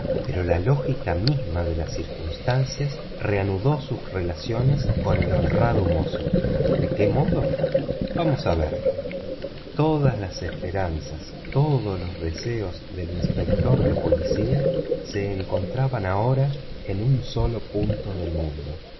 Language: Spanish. pero la lógica misma de las circunstancias reanudó sus relaciones con el honrado mozo de qué modo vamos a verlo todas las esperanzas todos los deseos del inspector de policía se concentraban ahora en un solo punto del mundo